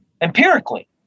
empirically